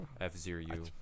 F-Zero-U